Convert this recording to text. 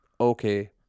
okay